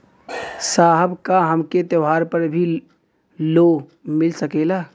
साहब का हमके त्योहार पर भी लों मिल सकेला?